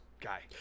guy